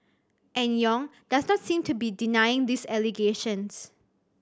and Yong does not seem to be denying these allegations